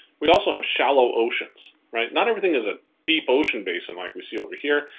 we also have shallow oceans. right. not everything is a deep ocean basin like we see over here.